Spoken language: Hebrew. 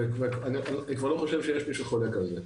ואני כבר לא חושב שיש מי שחולק על זה.